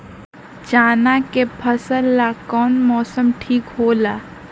चाना के फसल ला कौन मौसम ठीक होला?